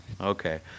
Okay